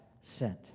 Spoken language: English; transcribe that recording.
sent